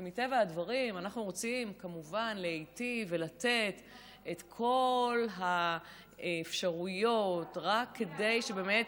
ומטבע הדברים אנחנו רוצים כמובן להיטיב ולתת את כל האפשרויות כדי שבאמת